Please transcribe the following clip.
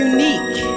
Unique